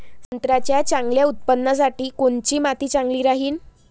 संत्र्याच्या चांगल्या उत्पन्नासाठी कोनची माती चांगली राहिनं?